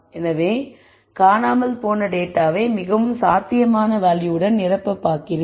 எனவே காணாமல் போன டேட்டாவை மிகவும் சாத்தியமான வேல்யூவுடன் நிரப்பப் போகிறீர்கள்